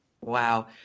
Wow